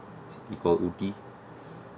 city called ooty